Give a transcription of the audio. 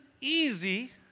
easy